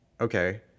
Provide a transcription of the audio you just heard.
Okay